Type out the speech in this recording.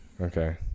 Okay